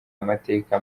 amateka